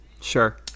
Sure